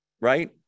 right